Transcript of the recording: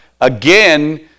again